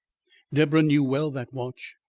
deborah knew well that watch.